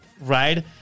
right